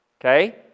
okay